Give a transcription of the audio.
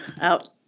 out